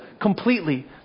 completely